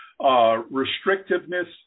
restrictiveness